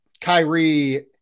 Kyrie